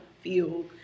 feel